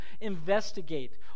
investigate